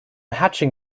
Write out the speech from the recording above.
hatching